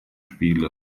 spiele